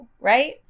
right